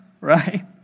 right